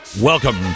Welcome